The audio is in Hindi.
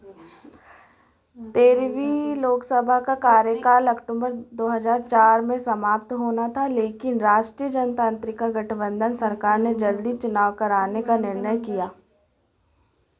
तेरवी लोकसभा का कार्यकाल अक्टूंबर दो हज़ार चार में समाप्त होना था लेकिन राष्टीय जनतांत्रिक का गठबंधन सरकार ने जल्दी चुनाव कराने का निर्णय किया